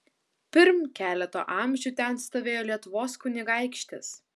pirm keleto amžių ten stovėjo lietuvos kunigaikštis